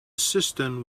cistern